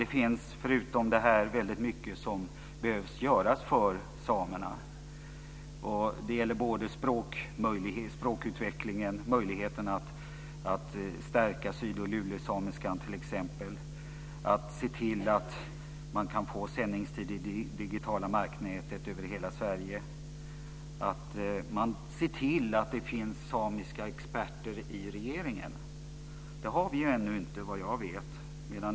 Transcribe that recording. Det finns väldigt mycket förutom detta som behöver göras för samerna. Det gäller språkutvecklingen, t.ex. möjligheten att stärka sydoch lulesamiskan. Det gäller att se till att man kan få sändningstid i det digitala marknätet över hela Sverige. Det gäller att se till att det finns samiska experter i regeringen. Det har vi ännu inte, vad jag vet.